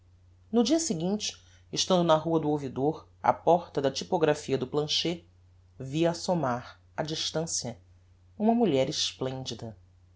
no dia seguinte estando na rua do ouvidor á porta da typographia do plancher vi assomar a distancia uma mulher esplendida